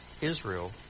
Israel